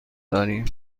داریم